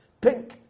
pink